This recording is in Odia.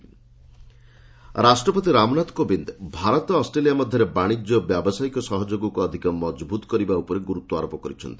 ରାମନାଥ କୋବିନ୍ଦ ରାଷ୍ଟ୍ରପତି ରାମନାଥ କେବିନ୍ଦ କେବଳ ଭାରତ ଅଷ୍ଟ୍ରେଲିଆ ମଧ୍ୟରେ ବାଣିଜ୍ର ଓ ବ୍ୟବସାୟିକ ସହଯୋଗକୁ ଅଧିକ ମଜବୁତ କରିବା ଉପରେ ଗୁରୁତ୍ୱ ଆରୋପ କରିଛନ୍ତି